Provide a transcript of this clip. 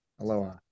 Aloha